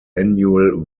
annual